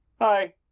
Hi